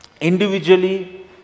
Individually